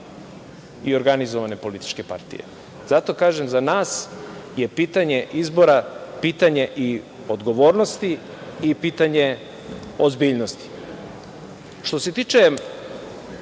i organizovane političke partije? Zato kažem, za nas je pitanje izbora, pitanje i odgovornosti i pitanje ozbiljnosti. Što se tiče